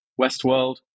Westworld